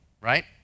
right